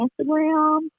Instagram